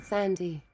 Sandy